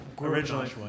Originally